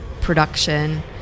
production